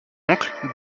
oncle